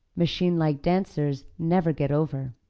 machine-like dancers never get over.